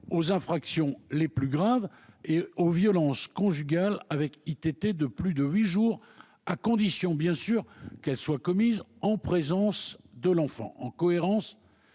aux infractions les plus graves et aux violences conjugales entraînant un ITT de plus de huit jours, à condition qu'elles soient commises en présence de l'enfant.